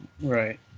Right